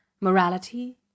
Morality